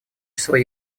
число